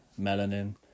melanin